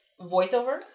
voiceover